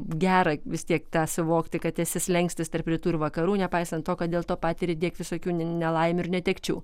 gerą vis tiek tą suvokti kad esi slenkstis tarp rytų ir vakarų nepaisant to kad dėl to patiri tiek visokių nelaimių ir netekčių